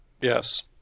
Yes